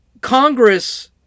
Congress